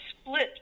split